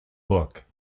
book